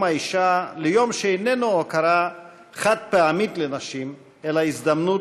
האישה ליום שאיננו הוקרה חד-פעמית לנשים אלא הזדמנות